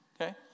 okay